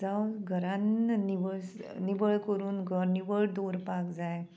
जावं घरान निवळ निवळ करून घर निवळ दवरपाक जाय